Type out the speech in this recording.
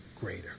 greater